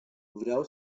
vreau